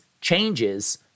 changes